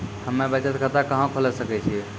हम्मे बचत खाता कहां खोले सकै छियै?